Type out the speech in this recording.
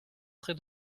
très